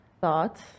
Thoughts